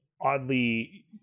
oddly